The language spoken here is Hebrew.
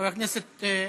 חבר הכנסת חסון,